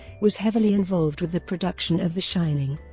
was heavily involved with the production of the shining.